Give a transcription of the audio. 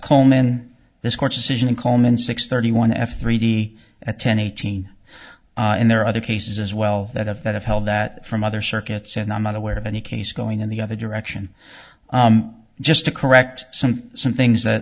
coleman this court's decision in coleman six thirty one f three d at ten eighteen and there are other cases as well that have that have held that from other circuits and i'm not aware of any case going in the other direction just to correct some some things that